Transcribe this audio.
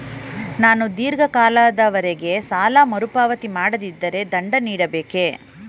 ನಾನು ಧೀರ್ಘ ಕಾಲದವರೆ ಸಾಲ ಮರುಪಾವತಿ ಮಾಡದಿದ್ದರೆ ದಂಡ ನೀಡಬೇಕೇ?